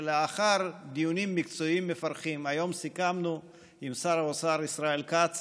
שלאחר דיונים מקצועיים מפרכים היום סיכמנו עם שר האוצר ישראל כץ